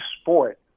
sport